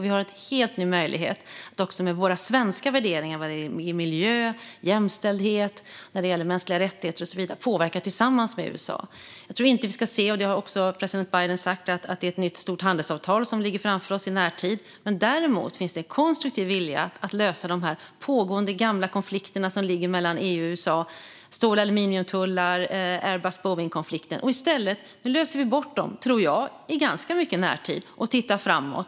Vi har också en helt ny möjlighet att med våra svenska värderingar vad gäller miljö, jämställdhet, mänskliga rättigheter och så vidare påverka tillsammans med USA. Som president Biden har sagt ligger inte ett nytt, stort handelsavtal framför oss i närtid, men det finns en konstruktiv vilja att lösa de pågående, gamla konflikterna mellan EU och USA, såsom stål och aluminiumtullarna och Airbus-Boeing-konflikten. Jag tror att vi kan lösa dem i relativ närtid och blicka framåt.